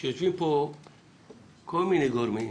שיושבים פה כל מיני גורמים,